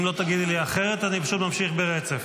אם לא תגידי לי אחרת אני פשוט ממשיך ברצף.